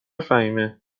فهیمهمگه